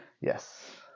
Yes